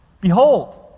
behold